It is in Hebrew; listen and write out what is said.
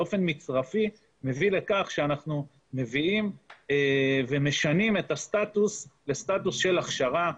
באופן מצרפי מביא לכך שאנחנו משנים את הסטטוס לסטטוס של הכשרה,